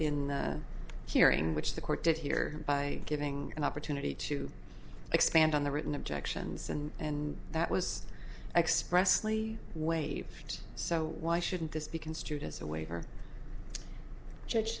in the hearing which the court did here by giving an opportunity to expand on the written objections and and that was expressly waived so why shouldn't this be construed as a way for judge